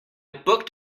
booked